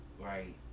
right